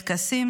טקסים,